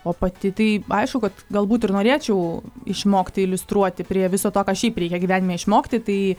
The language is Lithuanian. o pati tai aišku kad galbūt ir norėčiau išmokti iliustruoti prie viso to ką šiaip reikia gyvenime išmokti tai